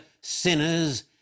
sinners